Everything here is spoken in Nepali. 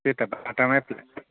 त्यही त बाटोमै